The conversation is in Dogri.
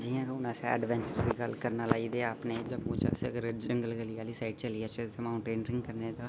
जि'यां केह् हून असें एडवेंचर दी गल्ल करने लाई ते अपने जम्मू च अस अगर जंगल आह्ली गल्ली आह्ली साईड चली जाचै तां माउंटेनियरिंग करने दा